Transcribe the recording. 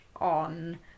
on